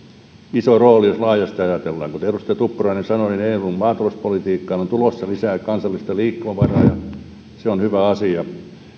iso rooli jos laajasti ajatellaan kuten edustaja tuppurainen sanoi eun maatalouspolitiikkaan on tulossa lisää kansallista liikkumavaraa ja se on hyvä asia